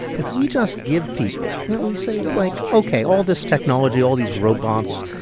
if we just give people you know, we say like, ok, all this technology, all these robots,